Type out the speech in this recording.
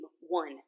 one